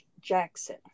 jackson